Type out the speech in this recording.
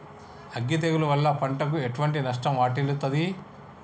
అగ్గి తెగులు వల్ల పంటకు ఎటువంటి నష్టం వాటిల్లుతది?